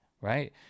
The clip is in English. right